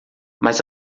mas